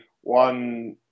one